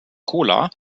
cola